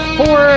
four